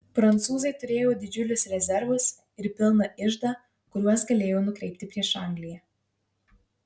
prancūzai turėjo didžiulius rezervus ir pilną iždą kuriuos galėjo nukreipti prieš angliją